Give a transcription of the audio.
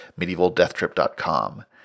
MedievalDeathTrip.com